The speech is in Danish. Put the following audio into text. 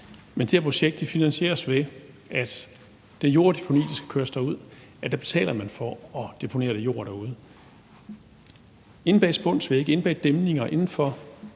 Men det her projekt finansieres, ved at den jord, der skal køres derud, betaler man for at deponere i deponiet inde bag spunsvægge, inde bag dæmninger, inden for